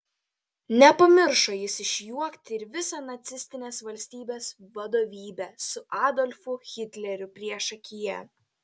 nepamiršo jis išjuokti ir visą nacistinės valstybės vadovybę su adolfu hitleriu priešakyje